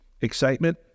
Excitement